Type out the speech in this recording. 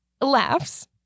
laughs